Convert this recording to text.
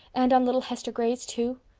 and on little hester gray's too?